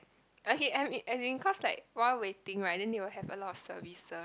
okay as in while waiting right then they will have a slot of services